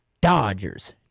Dodgers